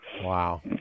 Wow